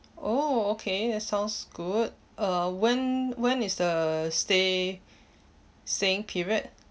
oh okay that sounds good uh when when is the stay staying period